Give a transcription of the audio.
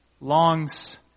longs